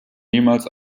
niemals